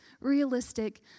realistic